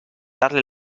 darle